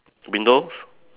windows